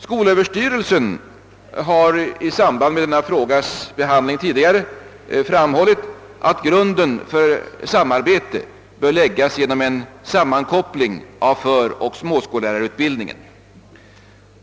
Skolöverstyrelsen har i samband med denna frågas tidigare behandling framhållit att grunden för samarbetet bör läggas genom en sammankoppling av föroch småskollärarutbildningen.